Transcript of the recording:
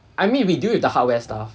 I mean we deal with the hardware stuff